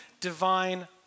divine